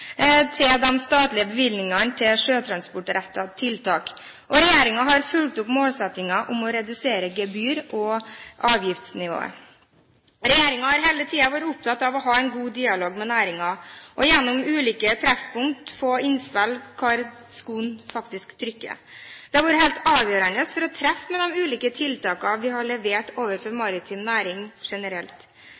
Og regjeringen har fulgt opp målsettingen om å redusere gebyr- og avgiftsnivået. Regjeringen har hele tiden vært opptatt av å ha en god dialog med næringen og gjennom ulike treffpunkter få innspill om hvor skoen faktisk trykker. Det har vært helt avgjørende for å treffe med de ulike tiltakene vi har levert overfor maritim næring generelt.